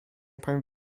pan